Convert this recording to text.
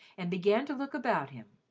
and began to look about him.